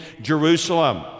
Jerusalem